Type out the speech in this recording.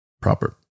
Proper